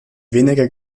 weniger